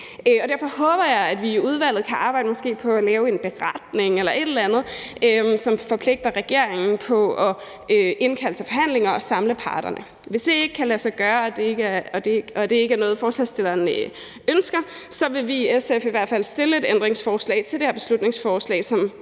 Derfor håber jeg, at vi i udvalget kan arbejde på måske at lave en beretning eller et eller andet, som forpligter regeringen på at indkalde til forhandlinger og samle parterne. Hvis det ikke kan lade sig gøre og det ikke er noget, som forslagsstillerne ønsker, så vil vi i SF i hvert fald stille et ændringsforslag til det her beslutningsforslag,